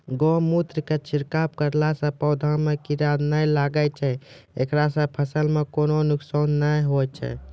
गोमुत्र के छिड़काव करला से पौधा मे कीड़ा नैय लागै छै ऐकरा से फसल मे कोनो नुकसान नैय होय छै?